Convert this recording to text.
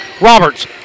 Roberts